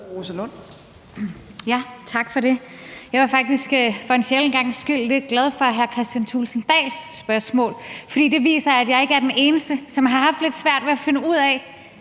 Tak for det. Jeg var faktisk for en sjælden gangs skyld lidt glad for hr. Kristian Thulesen Dahls spørgsmål, for det viser, at jeg ikke er den eneste, som har haft lidt svært ved at finde ud af,